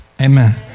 Amen